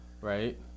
Right